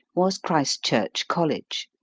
was christ church college.